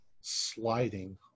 sliding